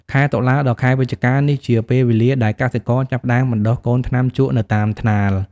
ខែតុលា ដល់ ខែវិច្ឆិកា នេះជាពេលវេលាដែលកសិករចាប់ផ្ដើមបណ្ដុះកូនថ្នាំជក់នៅតាមថ្នាល។